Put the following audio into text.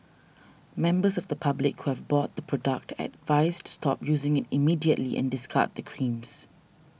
members of the public who have bought the product are advised to stop using it immediately and discard the creams